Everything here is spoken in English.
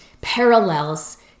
parallels